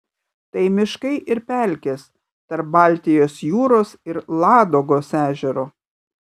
tai miškai ir pelkės tarp baltijos jūros ir ladogos ežero